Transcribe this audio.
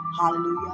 Hallelujah